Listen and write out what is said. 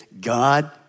God